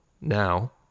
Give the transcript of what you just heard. now